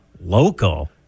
local